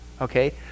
okay